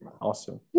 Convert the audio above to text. awesome